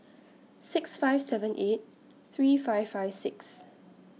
six five seven eight three five five six